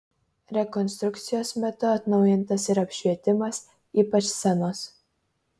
rekonstrukcijos metu atnaujintas ir apšvietimas ypač scenos